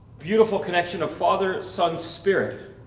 beautiful connection of father, son, spirit.